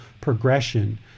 progression